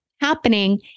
happening